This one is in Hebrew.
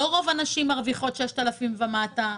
לא רוק הנשים מרוויחות 6,000 שקלים ומטה,